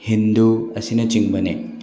ꯍꯤꯟꯗꯨ ꯑꯁꯤꯅꯆꯤꯡꯕꯅꯤ